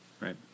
right